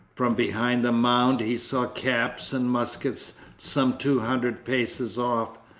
from behind the mound he saw caps and muskets some two hundred paces off.